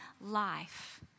life